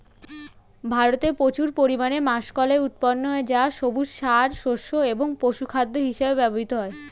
ভারতে প্রচুর পরিমাণে মাষকলাই উৎপন্ন হয় যা সবুজ সার, শস্য এবং পশুখাদ্য হিসেবে ব্যবহৃত হয়